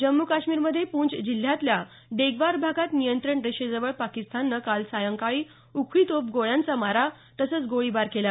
जम्मू काश्मीरमध्ये पूंछ जिल्ह्यातल्या डेगवार भागात नियंत्रण रेषेजवळ पाकिस्ताननं काल सायंकाळी उखळी तोफगोळ्यांचा मारा तसंच गोळीबार केला